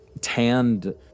tanned